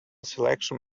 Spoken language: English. selection